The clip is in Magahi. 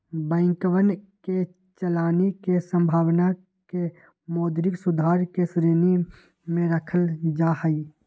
बैंकवन के चलानी के संभावना के मौद्रिक सुधार के श्रेणी में रखल जाहई